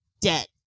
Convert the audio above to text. dead